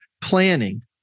planning